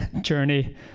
journey